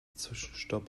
zwischenstopp